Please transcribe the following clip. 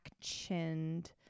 chinned